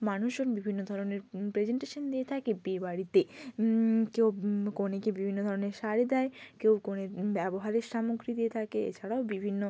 মানুষজন বিভিন্ন ধরনের প্রেজেনটেশেন দিয়ে থাকে বিয়েবাড়িতে কেউ কনেকে বিভিন্ন ধরনের শাড়ি দেয় কেউ কনের ব্যবহারের সামগ্রী দিয়ে থাকে এছাড়াও বিভিন্ন